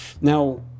Now